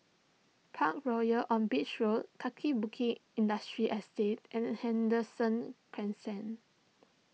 Parkroyal on Beach Road Kaki Bukit Industrial Estate and Henderson Crescent